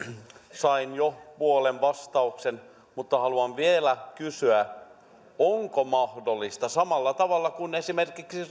sain jo puolet vastauksesta mutta haluan vielä kysyä onko mahdollista samalla tavalla kuin esimerkiksi